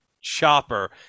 Chopper